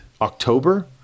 October